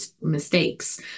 mistakes